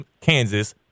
Kansas